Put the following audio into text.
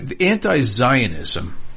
anti-Zionism